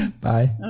Bye